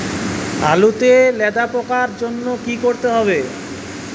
আলুতে লেদা পোকার জন্য কি করতে হবে?